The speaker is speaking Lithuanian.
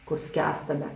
kur skęstame